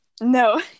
No